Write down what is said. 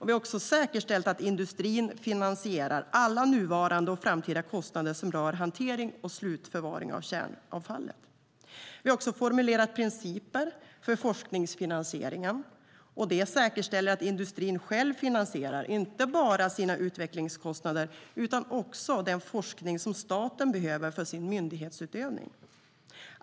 Vi har också säkerställt att industrin finansierar alla nuvarande och framtida kostnader som rör hantering och slutförvaring av kärnavfallet. Vi har formulerat principer för forskningsfinansieringen, och det säkerställer att industrin själv finansierar inte bara sina utvecklingskostnader utan också den forskning som staten behöver för sin myndighetsutövning.